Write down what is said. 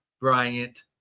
bryant